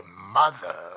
mother